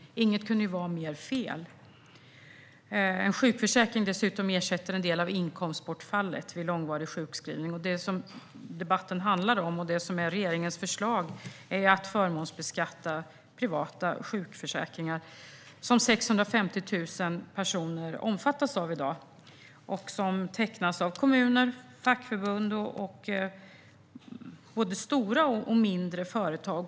Inget kunde vara mer fel. En sjukförsäkring ersätter dessutom en del av inkomstbortfallet vid långvarig sjukskrivning. Det som debatten handlar om, och det som är regeringens förslag, är att förmånsbeskatta privata sjukförsäkringar, som 650 000 personer omfattas av i dag. De tecknas av kommuner, fackförbund och både större och mindre företag.